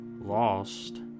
lost